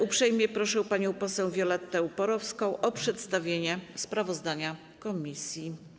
Uprzejmie proszę panią poseł Violettę Porowską o przedstawienie sprawozdania komisji.